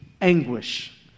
anguish